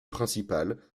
principale